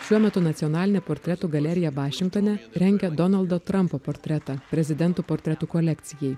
šiuo metu nacionalinė portretų galerija vašingtone rengia donaldo trampo portretą prezidentų portretų kolekcijai